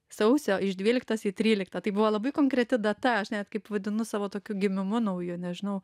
sausio iš dvyliktos į tryliktą tai buvo labai konkreti data aš net kaip vadinu savo tokiu gimimu nauju nežinau